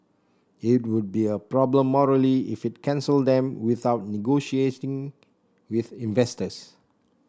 it would be a problem morally if it cancelled them without negotiating with investors